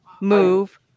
move